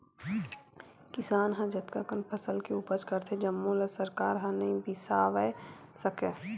किसान ह जतना कन फसल के उपज करथे जम्मो ल सरकार ह नइ बिसावय सके